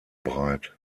breit